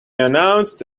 announced